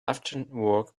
afterwork